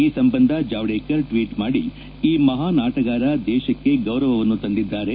ಈ ಸಂಬಂಧ ಜಾವಡೇಕರ್ ಟ್ಲೀಟ್ ಮಾದಿ ಈ ಮಹಾನ್ ಅಣಗಾರ ದೇಶಕ್ಕೆ ಗೌರವವನ್ನು ತಂದಿದ್ದಾರೆ